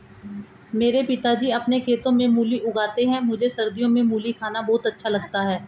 मेरे पिताजी अपने खेतों में मूली उगाते हैं मुझे सर्दियों में मूली खाना बहुत अच्छा लगता है